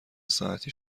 ساعتی